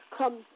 come